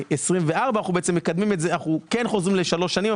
אנחנו כן חוזרים לשלוש שנים,